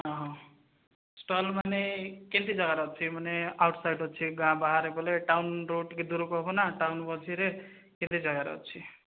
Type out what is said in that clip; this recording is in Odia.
ହଁ ଷ୍ଟଲ୍ ମାନେ କେତେ ଯାଗାରେ ଅଛି ମାନେ ଆଉଟ୍ ସାଇଡ଼୍ ଅଛି ଗାଁ ବାହାରେ ବୋଲେ ଟାଉନ୍ରୁ ଟିକେ ଦୂରକୁ ହେବ ନା ଟାଉନ୍ ମଝିରେ କେତେ ଯାଗାରେ ଅଛି